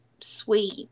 sweet